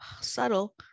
subtle